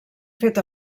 fet